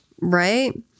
Right